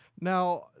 Now